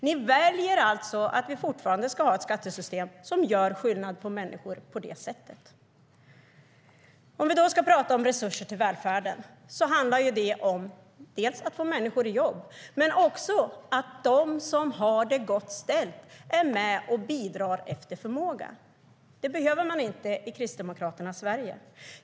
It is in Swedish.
Ni väljer alltså att vi fortfarande ska ha ett skattesystem som gör skillnad på människor på det sättet. Det behöver man inte i Kristdemokraternas Sverige.